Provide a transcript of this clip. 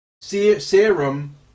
serum